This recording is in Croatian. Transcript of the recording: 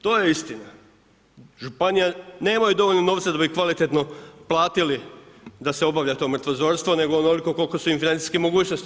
To je istina, županija, nemaju dovoljno novca da bi kvalitetno platili da se obavlja to mrtvozorstvo, nego onoliko koliko su im financijske mogućnosti.